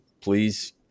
please